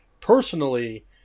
personally